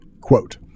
quote